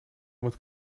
met